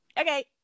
okay